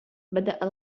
بدأ